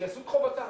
שיעשו את חובתם.